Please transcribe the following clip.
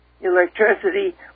electricity